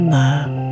love